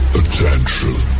attention